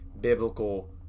biblical